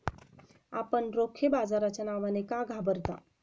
आपण रोखे बाजाराच्या नावाने का घाबरता?